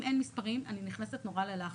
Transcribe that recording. אם אין מספרים אני נכנסת נורא ללחץ.